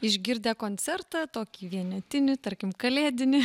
išgirdę koncertą tokį vienetinį tarkim kalėdinį